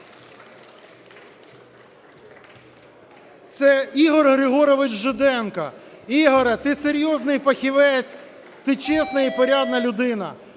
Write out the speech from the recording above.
Це Ігор Григорович Жиденко. Ігорю, ти серйозний фахівець, ти чесна і порядна людина.